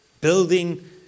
building